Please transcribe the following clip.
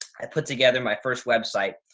i put together my first website,